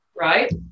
right